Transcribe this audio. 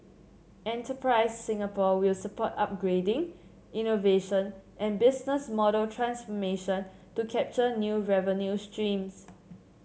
enterprise Singapore will support upgrading innovation and business model transformation to capture new revenue streams